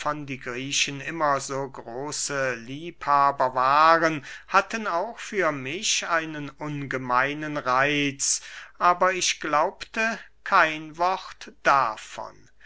die griechen immer so große liebhaber waren hatten auch für mich einen ungemeinen reitz aber ich glaubte kein wort davon